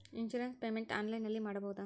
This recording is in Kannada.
ಇನ್ಸೂರೆನ್ಸ್ ಪೇಮೆಂಟ್ ಆನ್ಲೈನಿನಲ್ಲಿ ಮಾಡಬಹುದಾ?